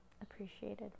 appreciated